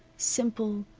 simple,